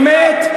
אמ"ת,